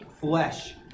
flesh